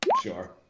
Sure